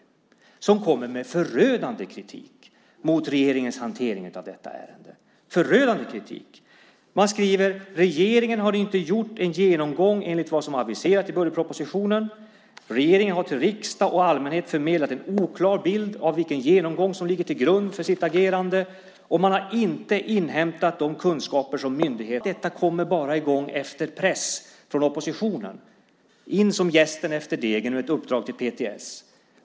Riksrevisionen kommer med förödande kritik mot regeringens hantering av detta ärende och skriver: Regeringen har inte gjort en genomgång enligt vad som var aviserat i budgetpropositionen. Regeringen har till riksdag och allmänhet förmedlat en oklar bild av vilken genomgång som ligger till grund för dess agerande. Och man har inte inhämtat de kunskaper som myndigheterna har. Vi har visat att allt detta kommer i gång bara efter press från oppositionen. Det är in som jästen efter degen och ett uppdrag till PTS.